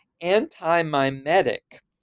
anti-mimetic